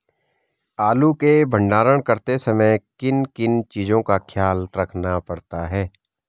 आलू के भंडारण करते समय किन किन चीज़ों का ख्याल रखना पड़ता है?